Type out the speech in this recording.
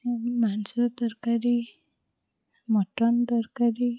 ମାଂସ ତରକାରୀ ମଟନ୍ ତରକାରୀ